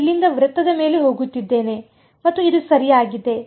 ನಾನು ಇಲ್ಲಿಂದ ವೃತ್ತದ ಮೇಲೆ ಹೋಗುತ್ತಿದ್ದೇನೆ ಮತ್ತು ಇದು ಸರಿಯಾಗಿದೆ